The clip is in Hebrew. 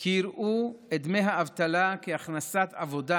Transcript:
כי יראו את דמי האבטלה כהכנסה מעבודה